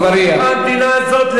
הצליחה המדינה הזאת,